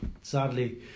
sadly